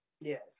Yes